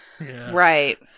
right